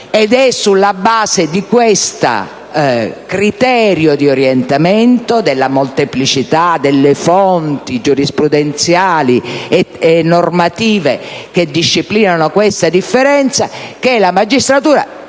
È sulla base di questo criterio di orientamento, della molteplicità delle fonti giurisprudenziali e normative che disciplinano detta differenza, che la magistratura